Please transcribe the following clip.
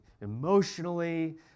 emotionally